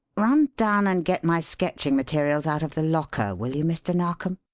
run down and get my sketching materials out of the locker, will you, mr. narkom?